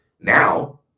Now